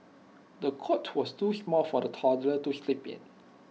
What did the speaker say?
the cot was too small for the toddler to sleep in